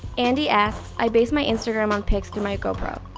andy asked, i base my instagram on pics through my gopro.